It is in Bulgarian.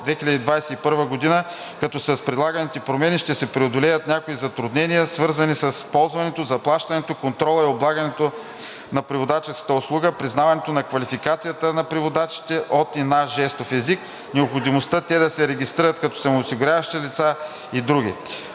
2021 г., като с предлаганите промени ще се преодолеят някои затруднения, свързани с ползването, заплащането, контрола и облагането на преводаческата услуга, признаването на квалификацията на преводачите от и на жестов език, необходимостта те да се регистрират като самоосигуряващи се лица и други.